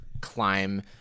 climb